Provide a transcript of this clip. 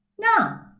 Now